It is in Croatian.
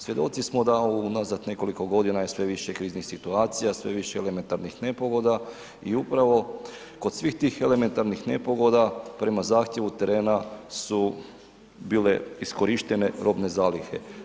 Svjedoci smo da unazad nekoliko godina je sve više kriznih situacija, sve više elementarnih nepogoda i upravo kod svih tih elementarnih nepogoda prema zahtjevu terena su bile iskorištene robne zalihe.